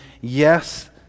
yes